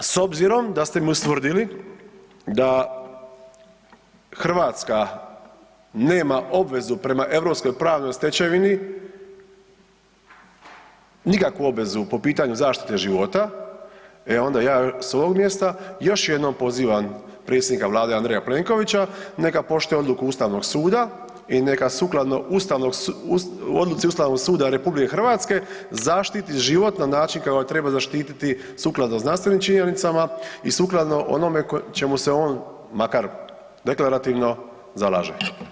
S obzirom da ste ustvrdili da Hrvatska nema obvezu prema europskoj pravnoj stečevinu, nikakvu obvezu po pitanju zaštite života, e onda ja s ovog mjesta još jednom pozivam predsjednika vlade Andreja Plenkovića neka poštuje odluku ustavnog suda i neka sukladno odluci Ustavnog suda RH zaštiti život na način kako ga treba zaštititi sukladno znanstvenim činjenicama i sukladno onome čemu se on makar deklarativno zalaže.